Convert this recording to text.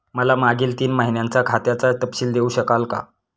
मला मागील तीन महिन्यांचा खात्याचा तपशील देऊ शकाल का?